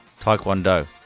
Taekwondo